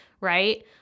right